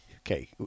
Okay